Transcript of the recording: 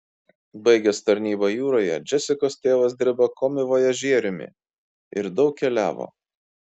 baigęs tarnybą jūroje džesikos tėvas dirbo komivojažieriumi ir daug keliavo